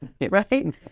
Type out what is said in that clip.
right